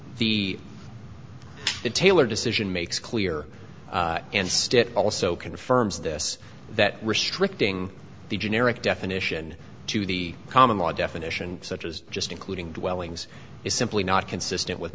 the the taylor decision makes clear and also confirms this that restricting the generic definition to the common law definition such as just including dwellings is simply not consistent with